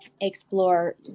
explore